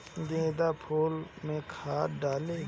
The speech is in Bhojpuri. गेंदा फुल मे खाद डालाई?